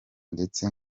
ndetse